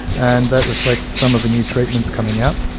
and that reflects some of the new treatments coming out.